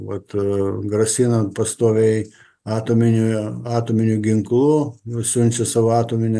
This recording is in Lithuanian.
vat grasinant pastoviai atominio atominių ginklu vis siunčia savo atomines